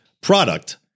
product